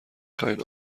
خواین